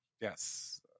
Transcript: yes